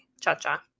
cha-cha